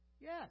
Yes